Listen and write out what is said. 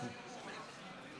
באמת?